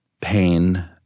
pain